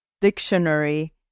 dictionary